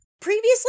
previously